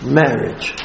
marriage